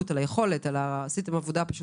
והוא מגובה מכל